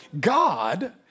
God